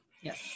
yes